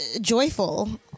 joyful